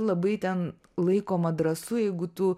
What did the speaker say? labai ten laikoma drąsu jeigu tu